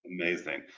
Amazing